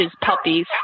puppies